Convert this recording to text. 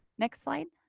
next slide